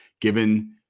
Given